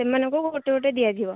ସେମାନଙ୍କୁ ଗୋଟେ ଗୋଟେ ଦିଆଯିବ